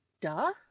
duh